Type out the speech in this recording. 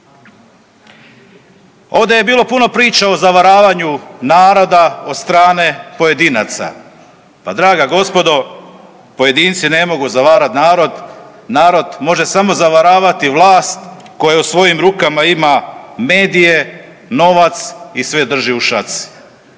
Ovdje je bilo puno priče o zavaravanju naroda od strane pojedinaca. Pa draga gospodo pojedinci ne mogu zavarat narod, narod može samo zavaravati vlast koja u svojim rukama ima medije, novac i sve drži u šaci,